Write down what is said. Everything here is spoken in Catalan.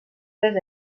les